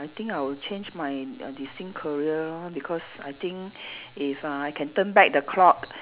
I think I will change my uh destined career because I think if I can turn back the clock